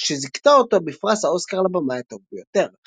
שזיכתה אותו בפרס האוסקר לבמאי הטוב ביותר.